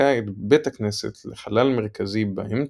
שחילקה את בית הכנסת לחלל מרכזי באמצע